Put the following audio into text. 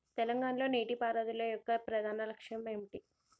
తెలంగాణ లో నీటిపారుదల యొక్క ప్రధాన లక్ష్యం ఏమిటి?